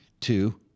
two